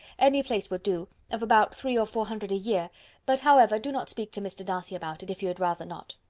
any place would do, of about three or four hundred a year but however, do not speak to mr. darcy about it, if you had rather not.